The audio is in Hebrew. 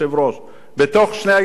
בתוך היישובים האלה,